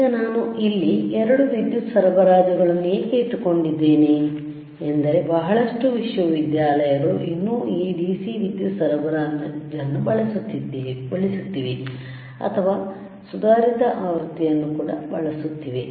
ಈಗ ನಾನು ಇಲ್ಲಿ ಎರಡೂ ವಿದ್ಯುತ್ ಸರಬರಾಜುಗಳನ್ನು ಏಕೆ ಇಟ್ಟುಕೊಂಡಿದ್ದೇನೆ ಎಂದರೆ ಬಹಳಷ್ಟು ವಿಶ್ವವಿದ್ಯಾಲಯಗಳು ಇನ್ನೂ ಈ DC ವಿದ್ಯುತ್ ಸರಬರಾಜನ್ನು ಬಳಸುತ್ತಿವೆ ಅಥವಾ ಸುಧಾರಿತ ಆವೃತ್ತಿಯನ್ನು ಕೂಡಾ ಬಳಸುತ್ತಿವೆ